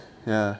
ya